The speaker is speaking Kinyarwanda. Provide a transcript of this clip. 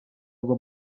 ngo